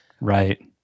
right